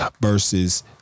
Versus